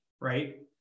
right